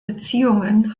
beziehungen